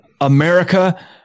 america